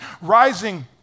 rising